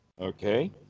okay